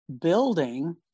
building